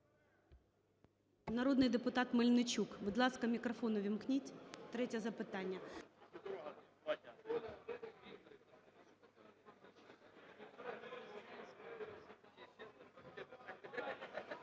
Народний депутат Мельничук. Будь ласка, мікрофон увімкніть. Третє запитання.